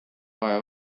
vaja